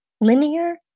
linear